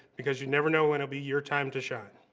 because you never know when it'll be your time to shine.